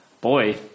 boy